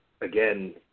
again